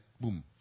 boom